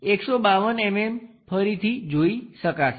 તેથી 152 mm ફરીથી જોઈ શકાશે